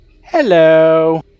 Hello